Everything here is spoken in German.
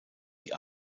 die